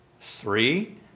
three